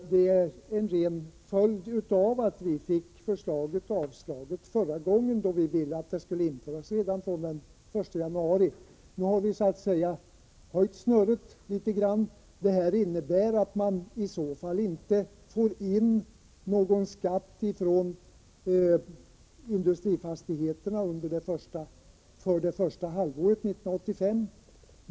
Det är också en ren följd av att vi fick vårt förslag avslaget förra gången, då vi ville att förändringarna skulle tillämpas fr.o.m. den 1 januari 1985. Nu har vi så att säga höjt snöret litet grand. Detta innebär att man inte får in någon skatt från industrifastigheterna för första halvåret 1985.